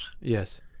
Yes